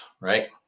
Right